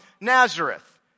Nazareth